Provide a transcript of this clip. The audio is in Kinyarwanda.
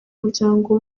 muryango